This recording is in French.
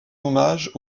hommage